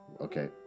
Okay